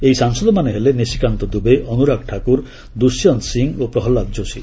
ଏହି ସାଂସଦମାନେ ହେଲେ ନିଶିକାନ୍ତ ଦୁବେ ଅନୁରାଗ ଠାକୁର ଦୁଶ୍ୟନ୍ତ ସିଂହ ଓ ପ୍ରହଲାଦ ଜୋଷୀ